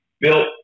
built